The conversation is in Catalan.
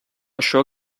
això